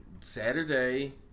Saturday